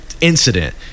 incident